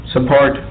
Support